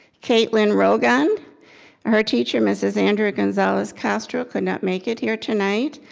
kaitlyn rogan and her teacher mrs. andrea gonzales castro could not make it here tonight,